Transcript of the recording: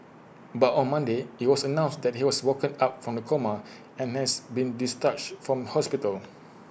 but on Monday IT was announced that he has woken up from the coma and has been discharged from hospital